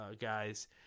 guys